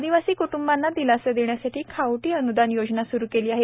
आदिवासी क्टूंबाना दिलासा देण्यासाठी खावटी अन्दान योजना सुरू केली आहे